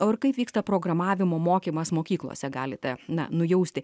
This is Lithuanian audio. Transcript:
o ir kaip vyksta programavimo mokymas mokyklose galite na nujausti